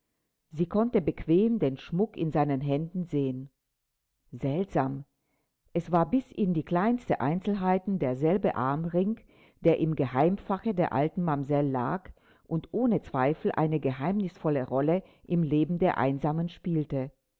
sie konnte bequem den schmuck in seinen händen sehen seltsam es war bis in die kleinsten einzelheiten derselbe armring der im geheimfache der alten mamsell lag und ohne zweifel eine geheimnisvolle rolle im leben der einsamen spielte